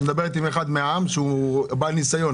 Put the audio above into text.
את מדברת עם אחד מן העם שהוא בעל ניסיון.